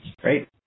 Great